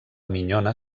minyona